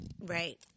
right